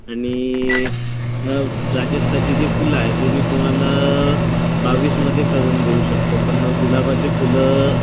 आणि प्राजक्ताची जी फुलं आहे ते मी तुम्हाला बावीसमध्ये करून देऊ शकतो पण गुलाबाचे फुलं